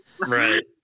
Right